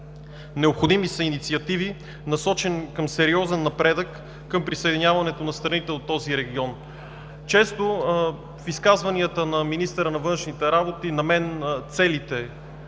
Необходими са инициативи, насочени към сериозен напредък за присъединяването на страните от този регион. Често в изказванията на министъра на външните работи целите по